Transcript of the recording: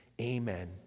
Amen